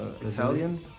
Italian